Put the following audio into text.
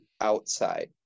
outside